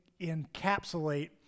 encapsulate